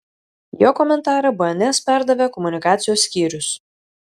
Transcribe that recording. jo komentarą bns perdavė komunikacijos skyrius